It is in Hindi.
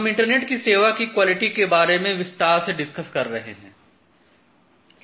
हम इंटरनेट की सेवा की क्वालिटी के बारे में विस्तार से डिस्कस कर रहे हैं